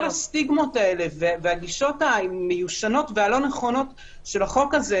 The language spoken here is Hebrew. כל הסטיגמות האלה והגישות המיושנות והלא נכונות של החוק הזה,